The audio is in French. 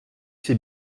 c’est